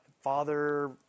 father